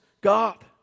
God